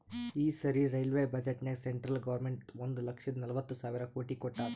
ಈ ಸರಿ ರೈಲ್ವೆ ಬಜೆಟ್ನಾಗ್ ಸೆಂಟ್ರಲ್ ಗೌರ್ಮೆಂಟ್ ಒಂದ್ ಲಕ್ಷದ ನಲ್ವತ್ ಸಾವಿರ ಕೋಟಿ ಕೊಟ್ಟಾದ್